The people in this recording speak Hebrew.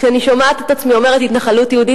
כשאני שומעת את עצמי אומרת "התנחלות יהודית",